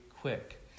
quick